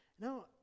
Now